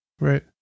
Right